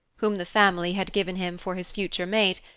whom the family had given him for his future mate,